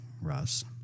Russ